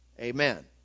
Amen